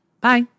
Bye